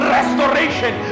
Restoration